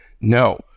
No